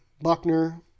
Buckner